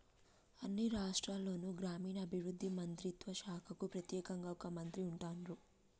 అన్ని రాష్ట్రాల్లోనూ గ్రామీణాభివృద్ధి మంత్రిత్వ శాఖకు ప్రెత్యేకంగా ఒక మంత్రి ఉంటాన్రు